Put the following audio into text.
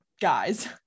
guys